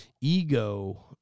Ego